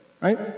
Right